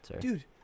dude